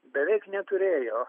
beveik neturėjo